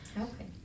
Okay